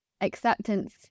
acceptance